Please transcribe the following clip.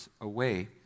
away